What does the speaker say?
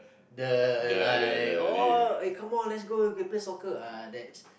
the like oh eh come on let's go we can play soccer ah that's